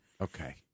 Okay